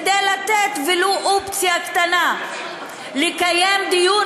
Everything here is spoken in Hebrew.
כדי לתת ולו אופציה קטנה לקיים דיון